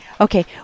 Okay